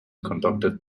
conducted